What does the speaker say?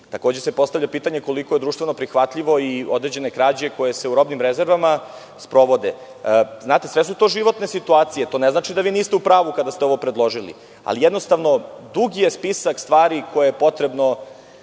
diskutovati. Postavlja se pitanje - koliko su društveno prihvatljive i određene krađe, koje se u robnim rezervama sprovode? Znate, sve su to životne situacije. To ne znači da vi niste u pravu kada ste ovo predložili. Ali, jednostavno dug je spisak stvari koje je potrebno,